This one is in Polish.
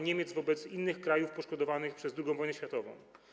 Niemiec wobec innych krajów poszkodowanych przez II wojnę światową.